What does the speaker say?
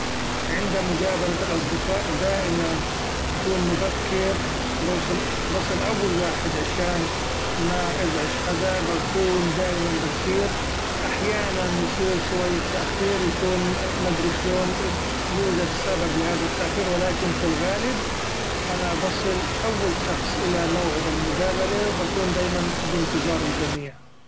عند مقابلة الاصدقاء دائما بكون مبكر بوصل-بصل أول واحد عشان ما أزعج حدا ، بكون دايما بكير أحيانا يصير شوية تأخير يكون مدري شلون يوجد سبب لهذا التأخير ، و لكن ف الغالب أنا بصل أول شخص إلي موعد المقابلة ، بكون دايما بانتظار الجميع.